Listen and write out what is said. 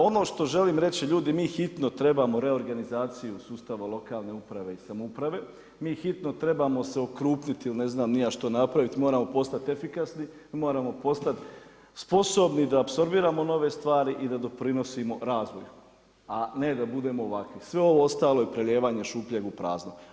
Ono što želim reći, ljudi mi hitno trebamo reorganizaciju sustava lokalne uprave i samouprave, mi hitno trebamo se okrupniti ili ne znam ni ja što napraviti, moramo postati efikasni i moramo postati sposobni da apsorbiramo nove stvari i da doprinosimo razvoju a ne da budemo ovakvi, sve ovo ostalo je prelijevanje šupljeg u prazno.